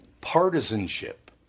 Partisanship